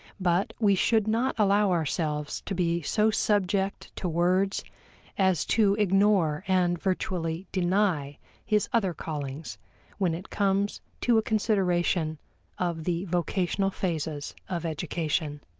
but we should not allow ourselves to be so subject to words as to ignore and virtually deny his other callings when it comes to a consideration of the vocational phases of education.